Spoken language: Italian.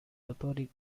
autori